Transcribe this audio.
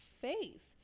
face